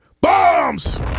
Bombs